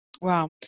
Wow